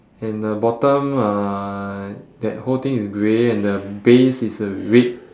and the bottom uh that whole thing is grey and the base is a red